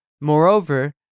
moreover